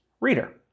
reader